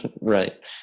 right